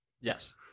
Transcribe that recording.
Yes